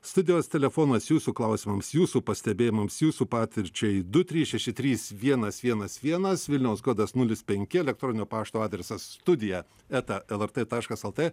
studijos telefonas jūsų klausimams jūsų pastebėjimams jūsų patirčiai du trys šeši trys vienas vienas vienas vilniaus kodas nulis penki elektroninio pašto adresas studija eta lrt taškas lt